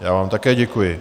Já vám také děkuji.